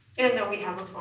and then we have